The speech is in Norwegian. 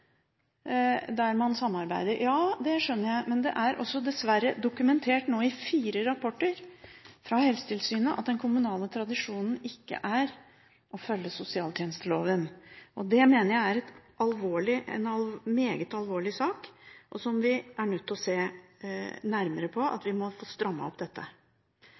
der man samarbeider. Ja, det skjønner jeg, men det er også dessverre dokumentert nå i fire rapporter fra Helsetilsynet at den kommunale tradisjonen ikke er å følge sosialtjenesteloven. Det mener jeg er en meget alvorlig sak, som vi er nødt til å se nærmere på, og vi må få strammet opp dette.